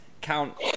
count